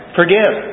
forgive